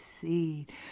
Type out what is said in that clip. seed